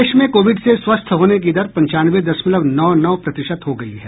देश में कोविड से स्वस्थ होने की दर पंचानवे दशमलव नौ नौ प्रतिशत हो गई है